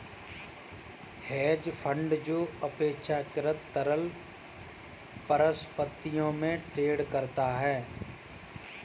hedge fund जो अपेक्षाकृत तरल परिसंपत्तियों में ट्रेड करता है